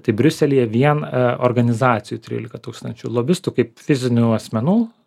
tai briuselyje vien organizacijų trylika tūkstančių lobistų kaip fizinių asmenų